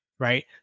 Right